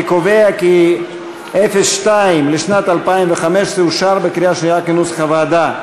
אני קובע כי סעיף 02 לשנת 2015 אושר בקריאה שנייה כנוסח הוועדה.